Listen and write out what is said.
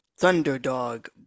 Thunderdog